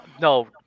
No